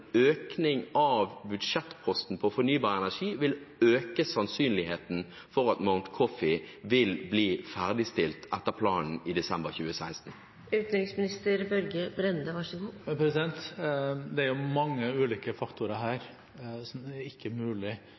økning av budsjettposten om fornybar energi vil øke sannsynligheten for at Mount Coffee vil bli ferdigstilt etter planen i desember 2016? Det er mange ulike faktorer her som det ikke er mulig å besvare. Er det mulig å få inn andre internasjonale aktører? Er det mulig